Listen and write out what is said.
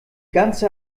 ganze